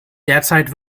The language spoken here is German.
derzeit